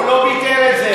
הוא לא ביטל את זה.